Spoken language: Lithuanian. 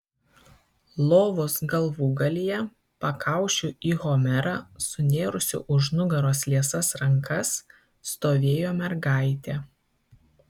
lovos galvūgalyje pakaušiu į homerą sunėrusi už nugaros liesas rankas stovėjo mergaitė